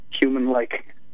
human-like